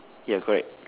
ya correct